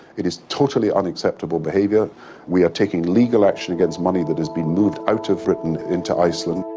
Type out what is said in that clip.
it is totally unacceptable behaviour we are taking legal action against money that has been moved out of britain into iceland.